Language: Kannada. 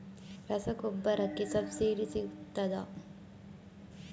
ರಸಗೊಬ್ಬರಕ್ಕೆ ಸಬ್ಸಿಡಿ ಸಿಗ್ತದಾ?